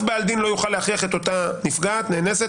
לא יוכל להכריח את אותה נפגעת נאנסת